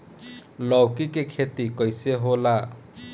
लौकी के खेती कइसे होला?